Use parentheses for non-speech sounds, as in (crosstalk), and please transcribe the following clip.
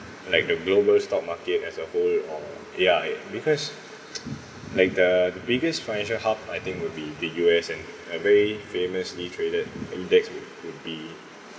like the global stock market as a whole or ya because (noise) like the biggest financial hub I think would be the U_S and uh very famously traded index would would be